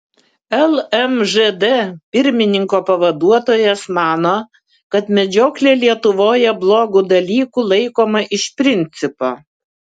lmžd pirmininko pavaduotojas mano kad medžioklė lietuvoje blogu dalyku laikoma iš principo